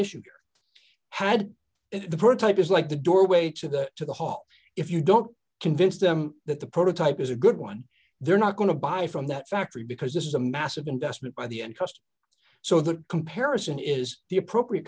or had the prototype is like the doorway to go to the hall if you don't convince them that the prototype is a good one they're not going to buy from that factory because this is a massive investment by the end customer so the comparison is the appropriate